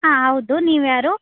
ಹಾಂ ಹೌದು ನೀವು ಯಾರು